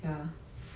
ya